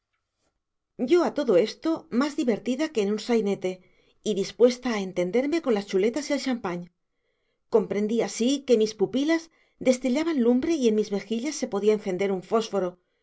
yo a todo esto más divertida que en un sainete y dispuesta a entenderme con las chuletas y el champagne comprendía sí que mis pupilas destellaban lumbre y en mis mejillas se podía encender un fósforo